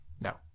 No